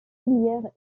filière